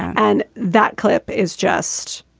and that clip is just.